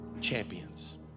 Champions